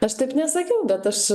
aš taip nesakiau bet aš